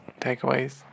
takeaways